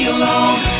alone